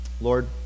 Lord